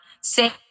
say